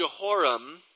Jehoram